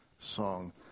song